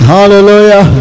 Hallelujah